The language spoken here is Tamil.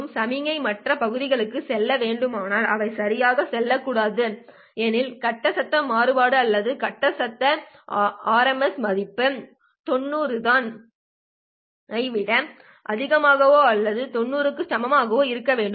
பெறப்பட்ட சமிக்ஞை மற்ற பகுதிக்குச் செல்ல வேண்டுமானால் அவை சரியாகச் செல்லக்கூடாது எனில் கட்ட சத்தம் மாறுபாடு அல்லது கட்ட சத்தம் ஆர்எம்எஸ் மதிப்பு 90 than ஐ விட அதிகமாகவோ அல்லது 90 ° க்கு சமமாகவோ இருக்க வேண்டும்